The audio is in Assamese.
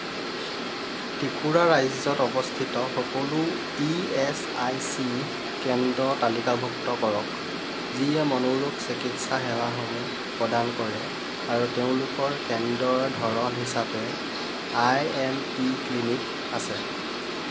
ত্ৰিপুৰা ৰাজ্যত অৱস্থিত সকলো ইএচআইচি কেন্দ্ৰ তালিকাভুক্ত কৰক যিয়ে মনোৰোগ চিকিৎসা সেৱাসমূহ প্ৰদান কৰে আৰু তেওঁলোকৰ কেন্দ্ৰৰ ধৰণ হিচাপে আই এম পি ক্লিনিক আছে